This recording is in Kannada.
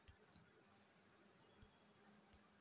ನಮ್ಮ ಮನ್ಯಾಗ ಮಸಾಲೆ ಪದಾರ್ಥುಕ್ಕೆ ಧನಿಯ ಬೀಜ, ಮೆಂತ್ಯ ಬೀಜಾನ ಉಪಯೋಗಿಸ್ತೀವಿ